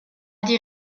die